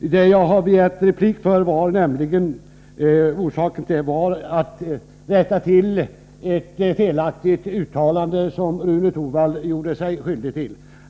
Orsaken till att jag begärt replik är att jag vill rätta till ett felaktigt uttalande som Rune Torwald gjorde sig skyldig till.